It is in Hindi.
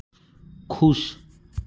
खुश